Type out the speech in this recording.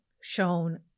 shown